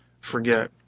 forget